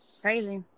Crazy